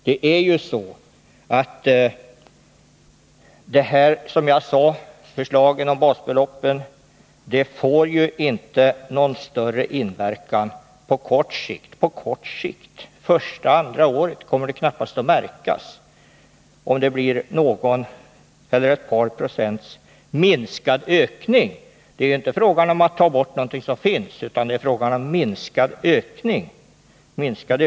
Det är ju så att ändringen av basbeloppet inte får någon större inverkan på kort sikt. Första och andra året kommer det knappast att märkas om det blir någon eller ett par procents minskad ökning. Det är inte fråga om att ta bort någonting som finns utan om minskad ökningstakt.